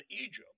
Egypt